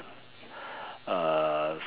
uh